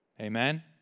Amen